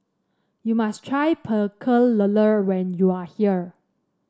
you must try Pecel Lele when you are here